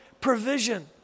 Provision